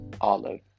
Olive